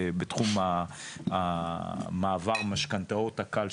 בתחום מעבר משכנתאות הקל,